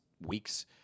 weeks